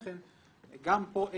לכאן או לכאן.